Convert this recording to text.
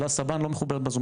אלה סבן לא מחוברת בזום,